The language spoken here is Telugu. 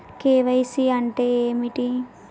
కే.వై.సీ అంటే ఏమిటి?